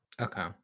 okay